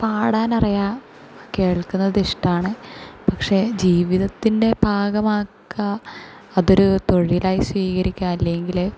പാടാൻ അറിയാം കേൾക്കുന്നത് ഇഷ്ടമാണ് പക്ഷെ ജീവിതത്തിൻ്റെ ഭാഗമാക്കാൻ അതൊരു തൊഴിലായി സ്വീകരിക്കാം അല്ലെങ്കിൽ